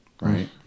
Right